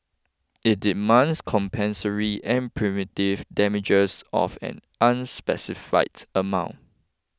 it demands compensatory and punitive damages of an unspecified amount